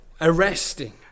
arresting